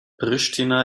pristina